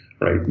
Right